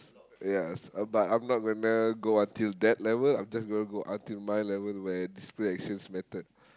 ya but I'm not gonna go until that level I'm just gonna go until my level where discipline actions mattered